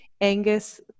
Angus